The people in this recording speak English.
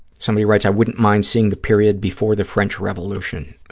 somebody writes, i wouldn't mind seeing the period before the french revolution. oh,